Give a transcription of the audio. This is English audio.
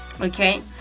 Okay